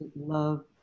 love